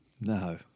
No